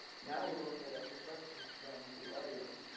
now we'll open it up to questions from the audience,